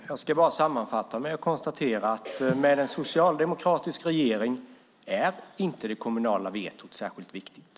Herr talman! Jag ska sammanfattningsvis bara konstatera att med en socialdemokratisk regering är det kommunala vetot inte särskilt viktigt.